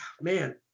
man